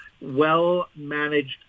well-managed